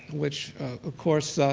which of course,